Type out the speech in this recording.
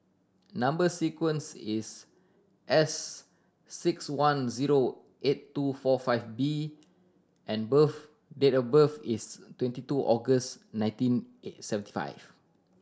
number sequence is S six one zero eight two four five B and birth date of birth is twenty two August nineteen eight seventy five